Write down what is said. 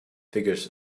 figures